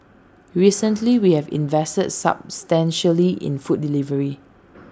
recently we have invested substantially in food delivery